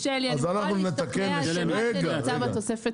אני מוכנה להשתכנע שמה שנעשה בתוספת